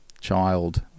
child